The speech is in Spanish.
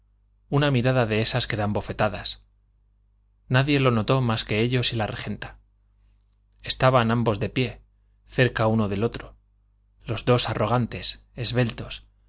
una mirada de esas que dan bofetadas nadie lo notó más que ellos y la regenta estaban ambos en pie cerca uno de otro los dos arrogantes esbeltos